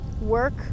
work